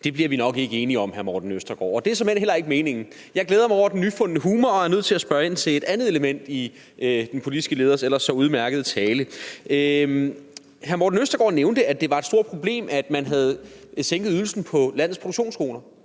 Det bliver vi nok ikke enige om, hr. Morten Østergaard, og det er såmænd heller ikke meningen. Jeg glæder mig over den nyfundne humor og er nødt til at spørge ind til et andet element i den politiske leders ellers så udmærkede tale. Hr. Morten Østergaard nævnte, at det var et stort problem, at man havde sænket ydelsen på landets produktionsskoler.